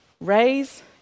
Raise